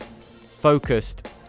focused